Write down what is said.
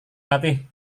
kasih